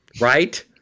right